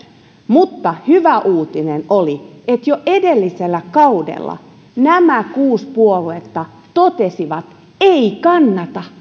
mutta hyvä uutinen oli että jo edellisellä kaudella nämä kuusi puoluetta totesivat ei kannata se